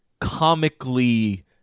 comically